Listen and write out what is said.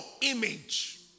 image